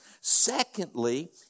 Secondly